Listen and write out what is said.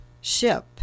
ship